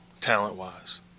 talent-wise